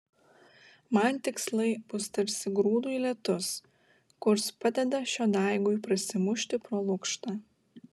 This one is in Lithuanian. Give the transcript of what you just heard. man tikslai bus tarsi grūdui lietus kurs padeda šio daigui prasimušti pro lukštą